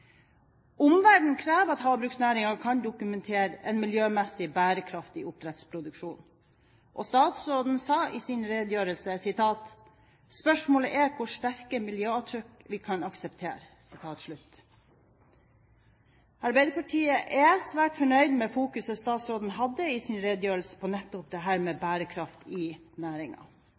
krever at havbruksnæringen kan dokumentere en miljømessig bærekraftig oppdrettsproduksjon, og statsråden sa i sin redegjørelse: «Spørsmålet er hvor sterke miljøavtrykk vi kan akseptere.» Arbeiderpartiet er svært fornøyd med fokuset statsråden hadde i sin redegjørelse på nettopp dette med bærekraft i